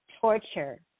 torture